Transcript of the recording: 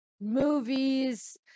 movies